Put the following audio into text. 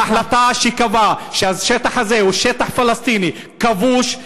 ההחלטה שקבעה שהשטח הזה הוא שטח פלסטיני כבוש,